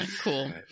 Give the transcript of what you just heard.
Cool